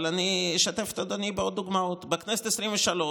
אבל אני אשתף את אדוני בעוד דוגמאות: בכנסת העשרים-ושלוש,